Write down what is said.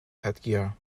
headgear